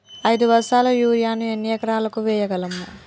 ఐదు బస్తాల యూరియా ను ఎన్ని ఎకరాలకు వేయగలము?